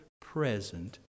present